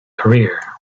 career